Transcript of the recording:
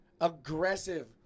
Aggressive